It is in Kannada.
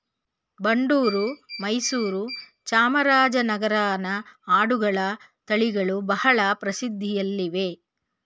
ಬಂಡೂರು, ಮೈಸೂರು, ಚಾಮರಾಜನಗರನ ಆಡುಗಳ ತಳಿಗಳು ಬಹಳ ಪ್ರಸಿದ್ಧಿಯಲ್ಲಿವೆ